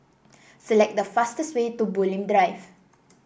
select the fastest way to Bulim Drive